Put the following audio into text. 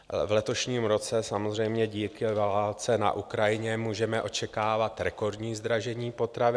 V letošním roce samozřejmě díky válce na Ukrajině můžeme očekávat rekordní zdražení potravin.